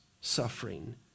suffering